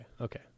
okay